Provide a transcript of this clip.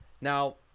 now